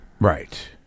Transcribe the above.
right